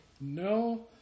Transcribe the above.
No